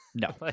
No